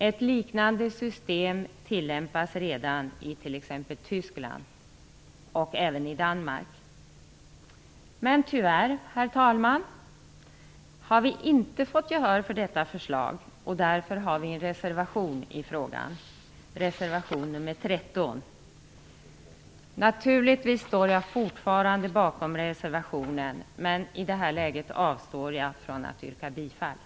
Ett liknande system tillämpas redan i t.ex. Tyskland och även i Tyvärr, herr talman, har vi inte fått gehör för detta förslag. Därför har vi en reservation i frågan: reservation nr 13. Naturligtvis står jag fortfarande bakom reservationen, men i detta läge avstår jag från att yrka bifall.